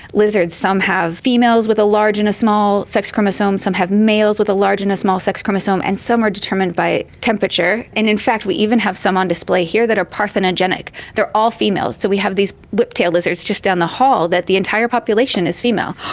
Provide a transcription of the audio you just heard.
lizards, some have females with a large and small sex chromosome, some have males with a large and a small sex chromosome, and some are determined by temperature. and in fact we even have some on display here that are parthenogenetic. they are all females. so we have these whiptail lizards just down the hall that the entire population is female.